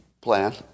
plan